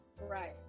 Right